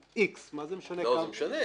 X. מה זה משנה כמה?